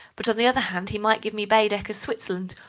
but, on the other hand, he might give me baedeker's switzerland,